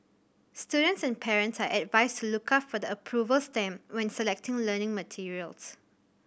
students and parents are advised to look out for the approval stamp when selecting learning materials